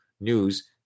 news